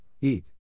eat